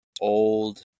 old